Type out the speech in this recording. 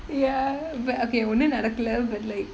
ya but okay ஒன்னு நடக்கல:onnu nadakkala but like